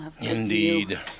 Indeed